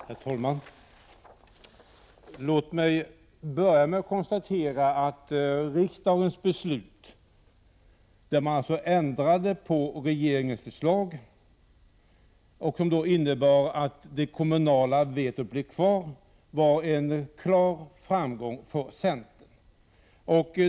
Herr talman! Låt mig börja med att konstatera att riksdagens beslut, som innebar en ändring av regeringens förslag så till vida att det kommunala vetot skulle finnas kvar, var en klar framgång för centern.